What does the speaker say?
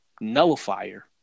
Nullifier